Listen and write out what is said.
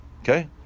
okay